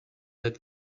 that